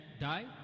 die